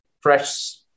fresh